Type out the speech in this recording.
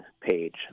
page